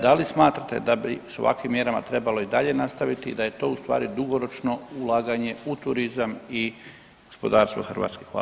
Da li smatrate da bi sa ovakvim mjerama trebalo i dalje nastaviti i da je to u stvari dugoročno ulaganje u turizam i gospodarstvo Hrvatske.